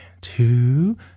two